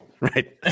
right